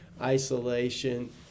isolation